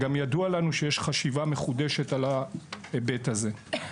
ידוע לנו שיש חשיבה מחודשת על ההיבט הזה.